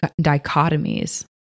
dichotomies